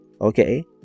okay